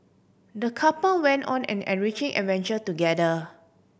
the couple went on an enriching adventure together